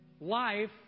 life